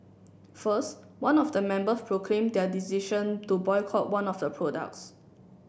first one of the member proclaimed their decision to boycott one of the products